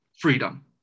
freedom